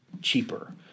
cheaper